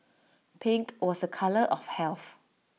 pink was A colour of health